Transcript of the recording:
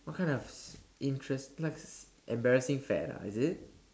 what kind of interest embarrassing fad is it